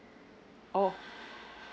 oh